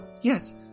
Yes